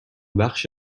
بخش